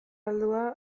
heldua